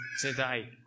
today